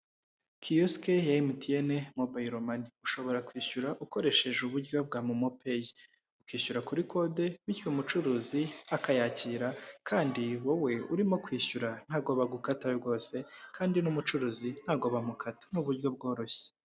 Kiyosike ya MTN mobayilo mani ushobora kwishyura ukoresheje uburyo bwa momo peyi, ukishyura kuri kode bityo umucuruzi akayakira kandi wowe urimo kwishyura ntabwo bagukata rwose kandi n'umucuruzi ntago bamukata ni uburyo bworoshye.